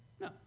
No